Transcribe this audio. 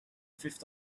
fifth